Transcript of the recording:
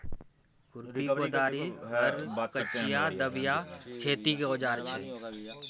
खुरपी, कोदारि, हर, कचिआ, दबिया खेतीक औजार छै